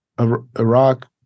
Iraq